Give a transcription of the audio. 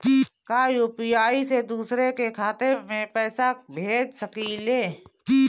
का यू.पी.आई से दूसरे के खाते में पैसा भेज सकी ले?